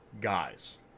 Guys